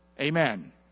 Amen